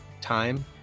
time